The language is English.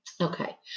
Okay